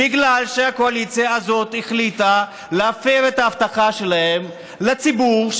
בגלל שהקואליציה הזאת החליטה להפר את ההבטחה שלהם לציבור,